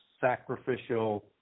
sacrificial